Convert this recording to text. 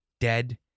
dead